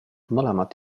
mõlemad